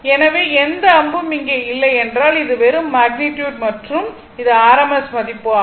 எனவே எந்த அம்பும் இங்கே இல்லை என்றால் இது வெறும் மேக்னிட்யுட் மற்றும் இது rms மதிப்பு ஆகும்